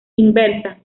inversa